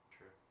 True